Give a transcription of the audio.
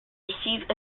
received